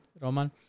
Roman